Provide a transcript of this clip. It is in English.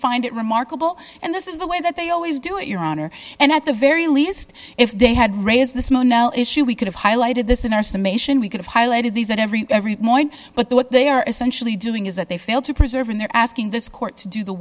find it remarkable and this is the way that they always do it your honor and at the very least if they had raised this mono issue we could have highlighted this in our summation we could have highlighted these in every every morning but what they are essentially doing is that they failed to preserve and they're asking this court to do the